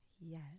Yes